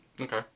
okay